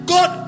God